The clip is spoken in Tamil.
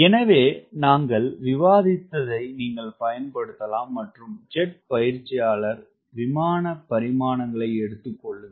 எனவே நாங்கள் விவாதித்ததை நீங்கள் பயன்படுத்தலாம் மற்றும் ஜெட் பயிற்சியாளர் விமான பரிமாணங்களை எடுத்துக் கொள்ளுங்கள்